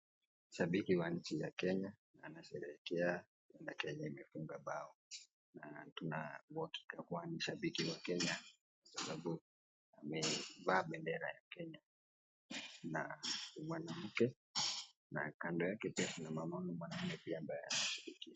Shabiki wa nchi ya kenya, anasherekea Kenya umefunga bao. Na tuna uhakika kuwa ni shabiki wa Kenya Kwa sababu amevaa bendera ya Kenya . Na mwanamke na kando yake pia Kuna mwanaume ambaye anashabikia.